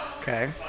Okay